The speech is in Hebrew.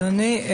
אדוני.